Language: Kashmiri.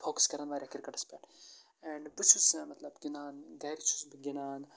فوکَس کَران واریاہ کِرکَٹَس پٮ۪ٹھ اینڈ بہٕ چھُس مطلب گِنٛدان گَرِ چھُس بہٕ گِنٛدان